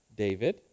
David